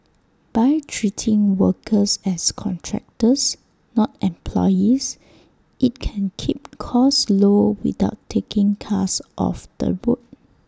by treating workers as contractors not employees IT can keep costs low without taking cars off the road